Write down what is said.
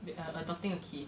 uh uh adopting a kid